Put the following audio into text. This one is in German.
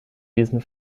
wiesen